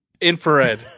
Infrared